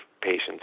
patients